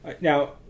Now